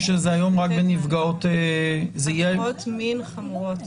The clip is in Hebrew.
שזה היום זה רק בנפגעות --- נפגעות עבירות מין חמורות.